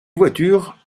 voitures